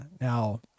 now